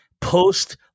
post